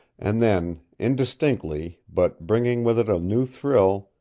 and then, indistinctly, but bringing with it a new thrill,